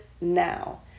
now